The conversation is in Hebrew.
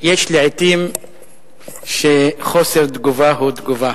יש לעתים שחוסר תגובה הוא תגובה.